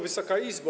Wysoka Izbo!